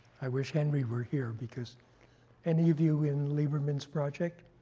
i wish henry were here because any of you in lieberman's project.